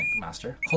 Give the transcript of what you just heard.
Master